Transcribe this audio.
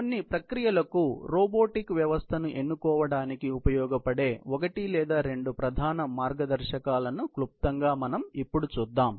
కొన్ని ప్రక్రియలకు రోబోటిక్ వ్యవస్థను ఎన్నుకోవటానికి ఉపయోగపడే ఒకటి లేదా రెండు ప్రధాన మార్గదర్శకాలను క్లుప్తంగా మనం ఇప్పుడు చూద్దాం